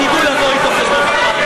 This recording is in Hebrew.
תדעו לבוא איתו חשבון.